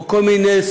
או כל מיני,